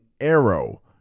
arrow